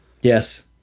Yes